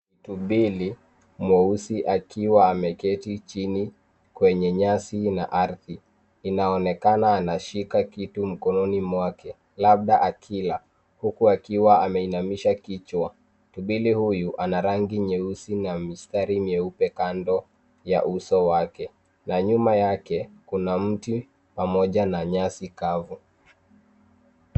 Tumbili mweusi akiwa ameketi chini kwenye nyasi na ardhi, inaonekana anashika kitu mkononi mwake labda akila huku akiwa ameinamisha kichwa. Tumbili huyu ana rangi nyeusi na mistari mieupe kando ya uso wake na nyuma yake kuna mti pamoja na nyasi kavu.